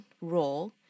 role